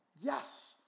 Yes